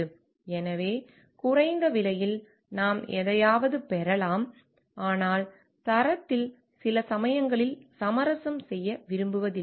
எனவே குறைந்த விலையில் நாம் எதையாவது பெறலாம் ஆனால் தரத்தில் சில சமயங்களில் சமரசம் செய்ய விரும்புவதில்லை